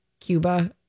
Cuba